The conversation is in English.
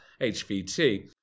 HVT